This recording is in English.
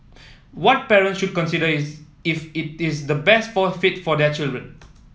what parent should consider is if it is the best for fit for their children